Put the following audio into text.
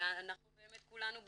ואנחנו באמת כולנו במבחן.